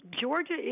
Georgia